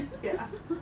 ya